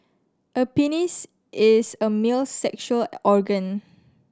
a penis is a male's sexual organ